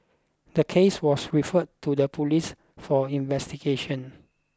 the case was referred to the police for investigation